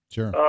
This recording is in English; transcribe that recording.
Sure